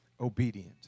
obedient